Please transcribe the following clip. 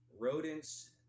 rodents